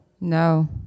No